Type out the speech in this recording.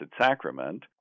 Sacrament